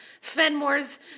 Fenmore's